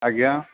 ଆଜ୍ଞା